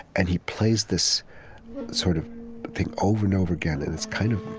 and he plays this sort of thing over and over again. and it's kind of